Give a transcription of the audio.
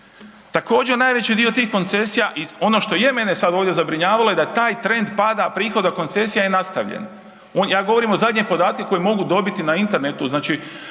Također, najveći dio tih koncesija ono što je mene sad ovdje zabrinjavalo je da taj trend pada prihoda koncesija je nastavljen. Ja govorim zadnje podatke koje mogu dobiti na internetu